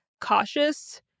cautious